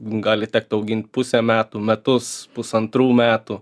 gali tekt augint pusę metų metus pusantrų metų